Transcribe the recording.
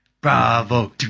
Bravo